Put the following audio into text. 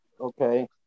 Okay